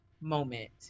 moment